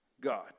God